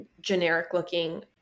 generic-looking